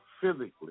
physically